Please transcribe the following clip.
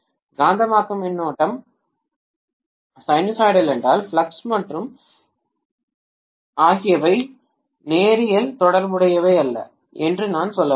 காந்தமாக்கும் மின்னோட்டம் சைனூசாய்டல் என்றால் ஃப்ளக்ஸ் மற்றும் இம் ஆகியவை நேரியல் தொடர்புடையவை அல்ல என்று நான் சொல்ல முடியும்